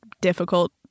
difficult